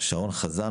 שרון חזן,